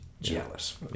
jealous